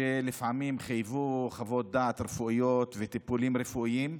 שלפעמים חייבו חוות דעת רפואיות וטיפולים רפואיים.